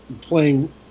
playing